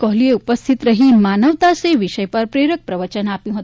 કોહલી ઉપસ્થિત રહી માનવતા સે વિષય પર પ્રેરક પ્રવચન આપ્યું હતું